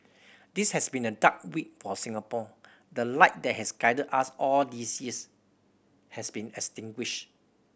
this has been a dark week for Singapore the light that has guided us all these years has been extinguished